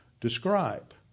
describe